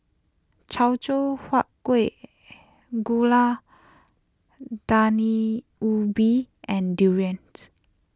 Teochew Huat Kuih Gulai Daun Ubi and Durians